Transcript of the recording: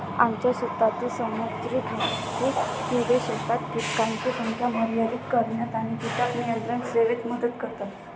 आमच्या शेतातील समुद्री डाकू किडे शेतात कीटकांची संख्या मर्यादित करण्यात आणि कीटक नियंत्रण सेवेत मदत करतात